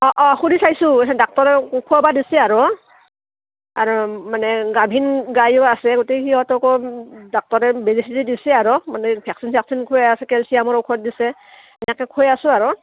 অঁ অঁ সুধি চাইছোঁ ডাক্টৰে খোৱাবা দিছে আৰু আৰু মানে গাভিন গায়ো আছে গোটেই সিহঁতকো ডাক্তৰে বেজি চিজি দিছে আৰু মানে ভেকচিন চেকচিন খুৱ আছে কেলছিয়ামৰ ঔষধ দিছে এনেকে খুৱাই আছোঁ আৰু